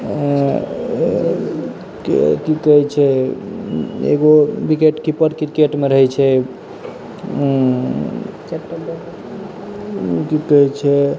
की कहैत छै एगो विकेटकीपर क्रिकेटमे रहैत छै की कहैत छै